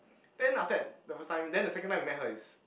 then after that the first time then the second time I met her is